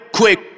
quick